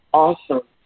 awesome